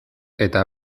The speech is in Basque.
eta